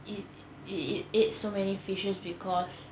it it it ate so many fishes because